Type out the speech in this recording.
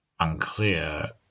unclear